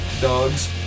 dogs